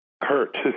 hurt